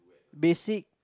basic